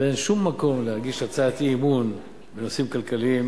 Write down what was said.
ואין שום מקום להגיש הצעת אי-אמון בנושאים כלכליים